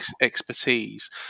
expertise